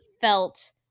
felt